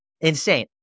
Insane